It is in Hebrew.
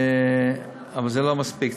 אבל זה לא מספיק.